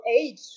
age